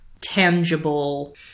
tangible